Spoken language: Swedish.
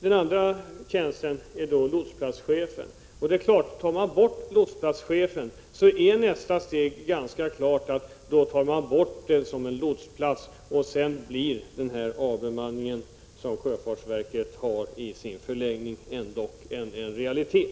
Den andra tjänsten gäller lotsplatschefen. Om den tjänsten dras in, då är nästa steg ganska klart: man drar in lotsplatsen som sådan, och den avbemanning som sjöfartsverket planerar blir därmed en realitet.